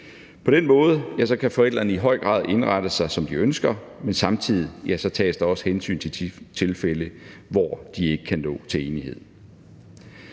På den måde kan forældrene i høj grad indrette sig, som de ønsker, men samtidig tages der også hensyn til de tilfælde, hvor de ikke kan nå til enighed.